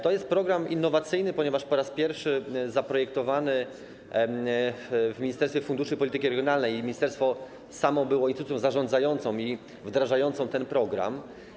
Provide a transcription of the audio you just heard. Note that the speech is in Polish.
To jest program innowacyjny, ponieważ po raz pierwszy został zaprojektowany w Ministerstwie Funduszy i Polityki Regionalnej i samo ministerstwo było instytucją zarządzającą i wdrażającą ten program.